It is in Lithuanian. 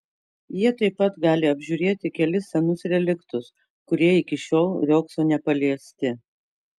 jie taip pat gali apžiūrėti kelis senus reliktus kurie iki šiol riogso nepaliesti